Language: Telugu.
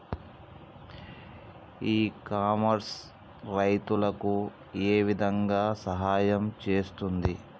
ఇ కామర్స్ రైతులకు ఏ విధంగా సహాయం చేస్తుంది?